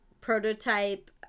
prototype